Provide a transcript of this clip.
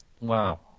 Wow